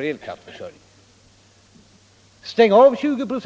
av elkraftförsörjningen. Stäng av dessa 20 ".,